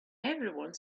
everyone